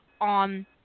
on